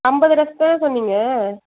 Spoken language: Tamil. ஐம்பது ட்ரெஸ் தானே சொன்னீங்க